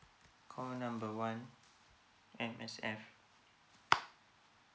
call number one M_S_F